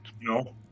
No